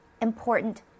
important